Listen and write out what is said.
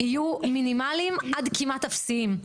יהיו מינימליים עד כמעט אפסיים.